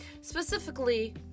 Specifically